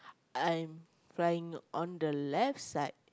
I'm flying on the left side